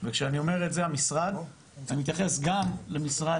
וכשאני אומר את זה המשרד אני מתייחס גם למשרד